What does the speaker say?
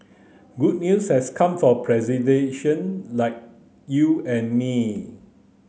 good news has come for pedestrian like you and me